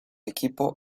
equipo